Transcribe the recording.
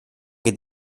que